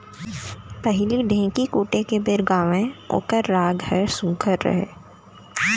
पहिली ढ़ेंकी कूटे के बेर गावयँ ओकर राग ह सुग्घर रहय